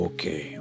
Okay